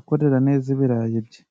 akorera neza ibirayi bye.